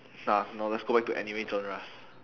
nah no let's go back to anime genres